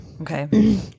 Okay